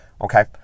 Okay